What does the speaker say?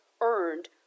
earned